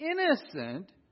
Innocent